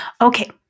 Okay